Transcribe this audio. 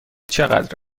چقدر